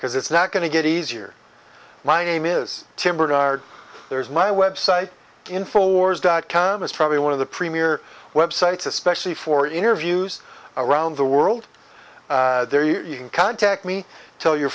because it's not going to get easier my name is tim barnard there's my website in force dot com it's probably one of the premier websites especially for interviews around the world there you can contact me tell your